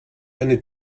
eine